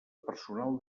personal